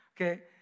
Okay